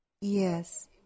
Yes